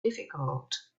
difficult